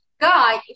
guy